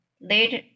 later